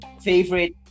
favorite